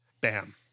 bam